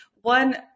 One